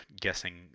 guessing